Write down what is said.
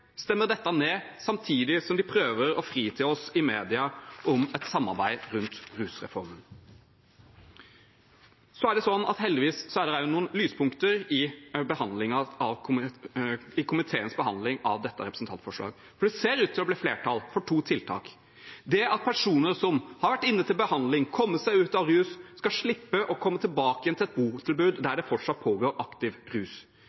dette ned, samtidig som de prøver å fri til oss i media om et samarbeid rundt rusreformen. Det er heldigvis også noen lyspunkter i komiteens behandling av dette representantforslaget, for det ser ut til å bli flertall for to tiltak. Det at personer som har vært inne til behandling og har kommet seg ut av rus, skal slippe å komme tilbake igjen til et botilbud der det fortsatt pågår aktiv rus,